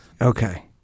Okay